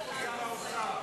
איפה שר האוצר?